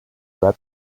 red